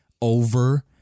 over